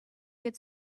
could